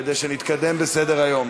כדי שנתקדם בסדר-היום.